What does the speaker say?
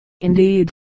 Indeed